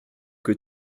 que